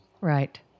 Right